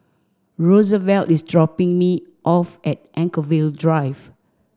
Rosevelt is dropping me off at Anchorvale Drive